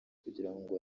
kugirango